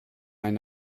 ein